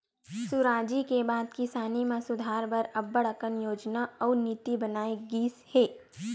सुराजी के बाद किसानी म सुधार बर अब्बड़ कन योजना अउ नीति बनाए गिस हे